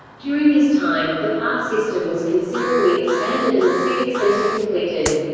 during this time, the park system was considerably expanded and the civic center completed.